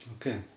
Okay